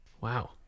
Wow